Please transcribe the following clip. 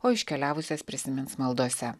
o iškeliavusias prisimins maldose